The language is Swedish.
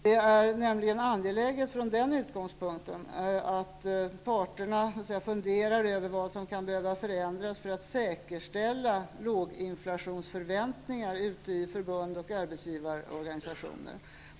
Det är nämligen angeläget från den utgångspunkten att parterna funderar över vad som kan behöva förändras för att säkerställa låginflationsförväntningar i fackförbund och arbetsgivarorganisationer.